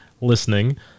listening